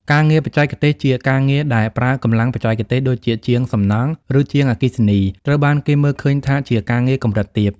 ការងារបច្ចេកទេសជា ការងារដែលប្រើកម្លាំងបច្ចេកទេស ដូចជាជាងសំណង់ ឬជាងអគ្គិសនី ត្រូវបានគេមើលឃើញថាជាការងារកម្រិតទាប។